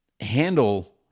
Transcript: handle